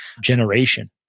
generation